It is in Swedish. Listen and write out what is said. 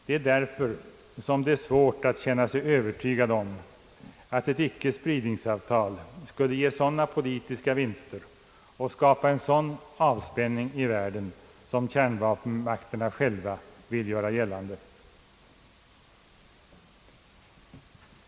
Det är därför som det är svårt att känna sig övertygad om att ett ickespridningsavtal skulle ge sådana politiska vinster och skapa en sådan avspänning i världen, som kärnvapenmakterna själva vill göra gällande.